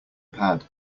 pad